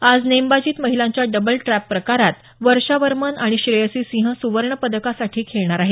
आज नेमबाजीत महिलांच्या डबल ट्रॅप प्रकारात वर्षा वर्मन आणि श्रेयसी सिंह सुवर्ण पदकासाठी खेळणार आहेत